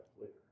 later